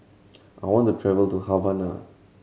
I want to travel to Havana